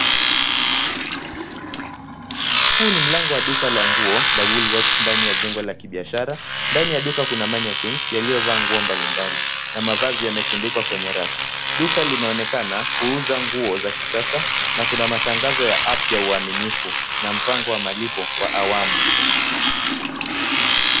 Huu ni mlango wa duka la nguo la Woolworths ndani ya jengo la kibiashara. Ndani ya duka kuna mannequins yaliyovaa nguo mbalimbali na mavazi yametundikwa kwenye racks . Duka linaonekana kuuza nguo za kisasa, na kuna matangazo ya app ya uaminifu na mpango wa malipo kwa awamu.